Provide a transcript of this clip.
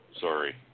Sorry